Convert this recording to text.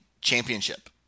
championship